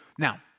Now